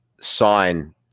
sign